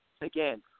again